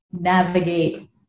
navigate